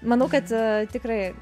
manau kad a tikrai